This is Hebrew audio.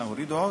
אה, הורידו עוד?